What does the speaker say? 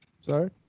Sorry